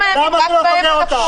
למה אתה לא סוגר אותם?